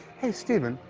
hey, stephen.